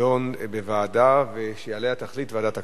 תידון בוועדה שעליה תחליט ועדת הכנסת.